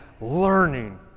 learning